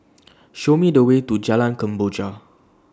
Show Me The Way to Jalan Kemboja